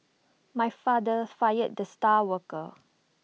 my father fired the star worker